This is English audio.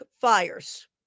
fires